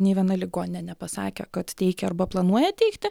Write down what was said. nei viena ligoninė nepasakė kad teikia arba planuoja teikti